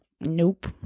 nope